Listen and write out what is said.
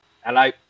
Hello